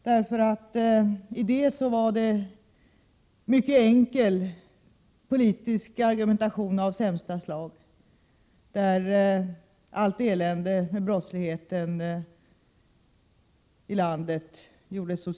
Det innehöll en mycket enkel politisk argumentation av sämsta slag, som gjorde socialdemokratin ansvarig för allt elände med brottsligheten i landet.